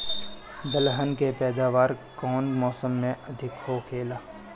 दलहन के पैदावार कउन मौसम में अधिक होखेला?